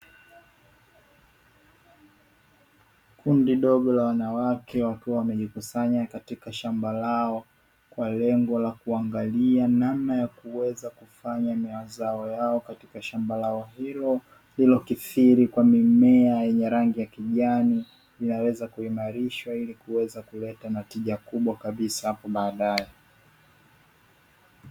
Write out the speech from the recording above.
Kundi dogo la wanawake wakiwa wamejikusanya katika shamba lao, kwa lengo la kuangalia namna ya kuweza kufanya mazao yao katika shamba lao hilo; lililokithiri kwa mimea ya rangi ya kijani, linaweza kuimarishwa ili kuweza kuleta na tija kubwa kabisa hapo baadaye.